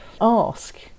ask